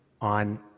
on